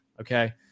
okay